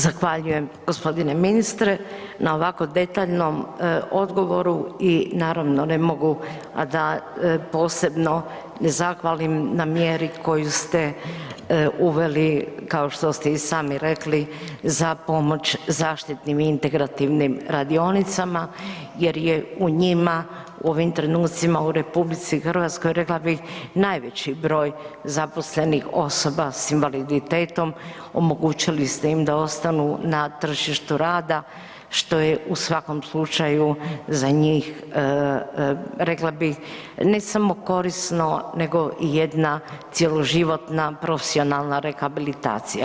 Zahvaljujem gospodine ministre na ovako detaljnom odgovoru i naravno ne mogu, a da posebno ne zahvalim na mjeri koju ste uveli kao što ste i sami rekli za pomoć zaštitnim integrativnim radionicama jer je u njima u ovim trenucima u RH rekla bih najveći broj zaposlenih osoba s invaliditetom, omogućili ste im da ostanu na tržištu rada što je u svakom slučaju za njih rekla bih ne samo korisno nego i jedna cjeloživotna profesionalna rehabilitacija.